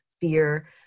fear